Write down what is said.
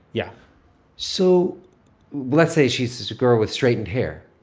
yeah so let's say she's a girl with straightened hair.